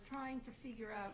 trying to figure out